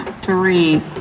three